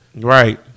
right